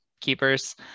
keepers